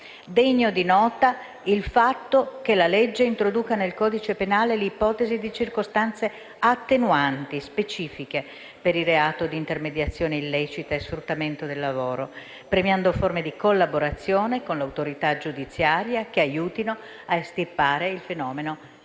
Degno di nota è il fatto che la legge introduca nel codice penale l'ipotesi di circostanze attenuanti specifiche per il reato di intermediazione illecita e sfruttamento del lavoro, premiando forme di collaborazione con l'autorità giudiziaria che aiutino ad estirpare il fenomeno